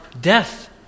death